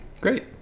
great